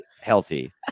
healthy